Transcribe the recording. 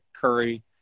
Curry